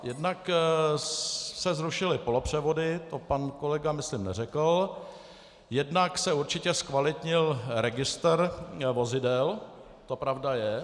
Jednak se zrušily polopřevody, to pan kolega myslím neřekl, jednak se určitě zkvalitnil registr vozidel, to pravda je.